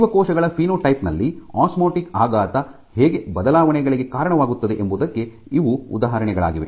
ಜೀವಕೋಶಗಳ ಫಿನೋಟೈಪ್ ನಲ್ಲಿ ಆಸ್ಮೋಟಿಕ್ ಆಘಾತ ಹೇಗೆ ಬದಲಾವಣೆಗಳಿಗೆ ಕಾರಣವಾಗುತ್ತದೆ ಎಂಬುದಕ್ಕೆ ಇವು ಉದಾಹರಣೆಗಳಾಗಿವೆ